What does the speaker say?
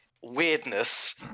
weirdness